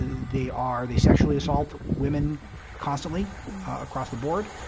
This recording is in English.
they are they sexually assault women constantly across the board.